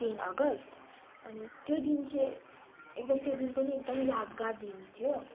ten August अनि त्यो दिन चाहिँ एकदम त्यो दिन पनि एकदम यादगार दिन थियो